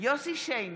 יוסף שיין,